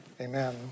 Amen